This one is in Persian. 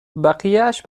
بقیهاش